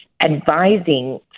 advising